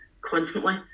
constantly